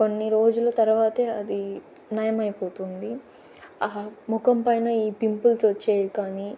కొన్ని రోజుల తర్వాత అది నయమైపోతుంది ముఖం పైన ఈ పింపుల్స్ వచ్చేవి కాని